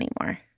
anymore